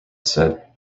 said